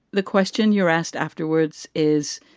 the question you're asked afterwards is,